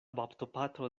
baptopatro